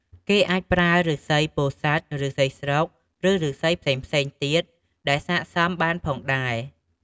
គេអាចប្រើឫស្សីពោធិ៍សាត់ ឫស្សីស្រុក ឬឫស្សីផ្សេងៗទៀតដែលស័ក្តិសមបានផងដែរ។